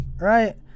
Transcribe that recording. Right